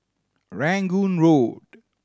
Rangoon Road